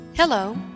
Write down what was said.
Hello